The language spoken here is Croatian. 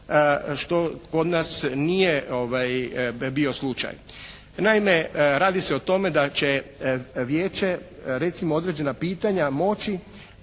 što kod nas nije bio slučaj. Naime, radi se o tome da će vijeće recimo određena pitanja moći